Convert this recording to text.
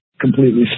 completely